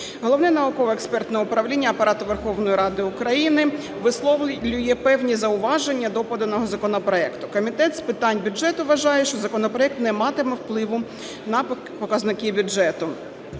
Головне науково-експертне управління Апарату Верховної Ради України висловлює певні зауваження до поданого законопроекту. Комітет з питань бюджету вважає, що законопроект не матиме впливу на показники бюджету.